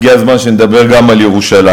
הגיע הזמן שנדבר גם על ירושלים.